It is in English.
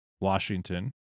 Washington